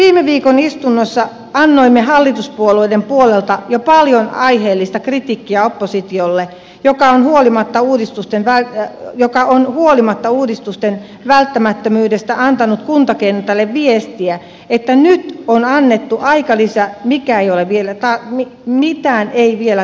viime viikon istunnossa annoimme hallituspuolueiden puolelta jo paljon aiheellista kritiikkiä oppositiolle joka on huolimatta uudistusten vähän joka on huolimatta uudistusten välttämättömyydestä antanut kuntakentälle viestiä että nyt on annettu aikalisä mitään ei vielä tarvitsekaan tehdä